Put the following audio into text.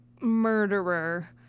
murderer